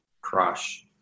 crush